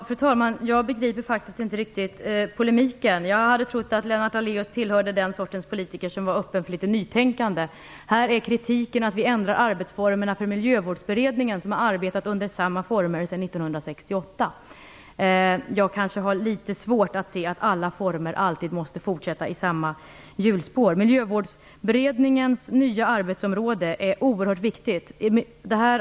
Fru talman! Jag begriper faktiskt inte riktigt denna polemik. Jag trodde att Lennart Daléus tillhörde den sort av politiker som är öppen för nytänkande. Det riktas kritik mot att vi ändrar arbetsformerna för Miljövårdsberedningen, som har arbetat i oförändrade former sedan 1968. Jag har svårt att se att man alltid måste fortsätta i samma hjulspår. Miljövårdsberedningens nya arbetsområde är oerhört viktigt.